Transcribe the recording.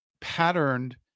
patterned